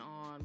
on